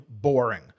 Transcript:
boring